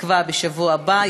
בתקווה בשבוע הבא,